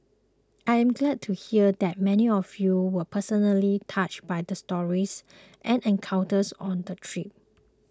I am glad to hear that many of you were personally touched by the stories and encounters on the trip